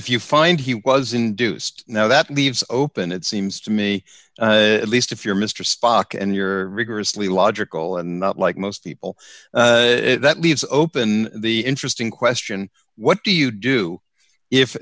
if you find he was induced now that leaves open it seems to me at least if you're mr spock and you're rigorously logical and not like most people that leaves open the interesting question what do you do if